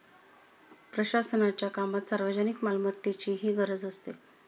प्रशासनाच्या कामात सार्वजनिक मालमत्तेचीही गरज असते